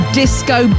disco